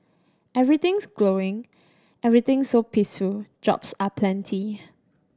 everything's glowing everything's so peaceful jobs are plenty